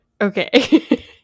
okay